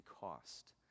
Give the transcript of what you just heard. cost